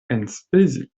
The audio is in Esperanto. enspezi